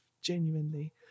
genuinely